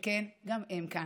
שגם הם כאן.